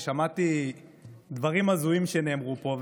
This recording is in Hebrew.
ושמעתי דברים הזויים שנאמרו פה,